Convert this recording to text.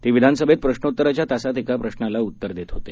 ते विधानसभेत प्रश्रोत्तराच्या तासात एका प्रश्नाला उत्तर देत होते